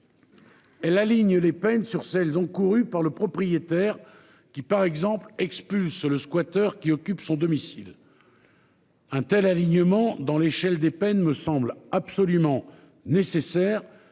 La ligne les peines sur celles encourues par le propriétaire qui par exemple expulse le squatters qui occupent son domicile. Un tel alignement dans l'échelle des peines me semble absolument nécessaire